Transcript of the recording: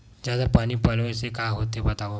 जादा पानी पलोय से का होथे बतावव?